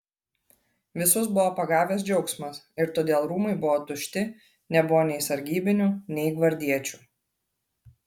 visus buvo pagavęs džiaugsmas ir todėl rūmai buvo tušti nebuvo nei sargybinių nei gvardiečių